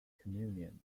communion